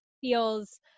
feels